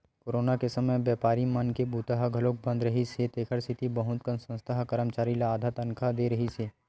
corona के समे बेपारी मन के बूता ह घलोक बंद रिहिस हे तेखर सेती बहुत कन संस्था ह करमचारी ल आधा तनखा दे रिहिस हे